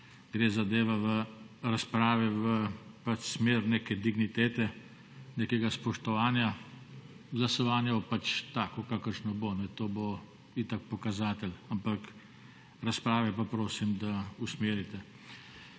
gre za delo v razpravi v smer neke dignitete, nekega spoštovanja. Glasovanje bo pač tako, kakršno bo. To bo itak pokazatelj. Ampak razprave, pa prosim, da usmerite.